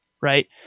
Right